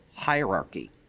hierarchy